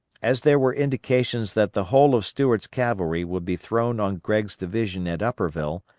as there were indications that the whole of stuart's cavalry would be thrown on gregg's division at upperville,